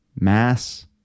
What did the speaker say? mass